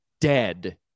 dead